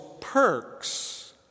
perks